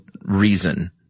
reason